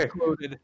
Okay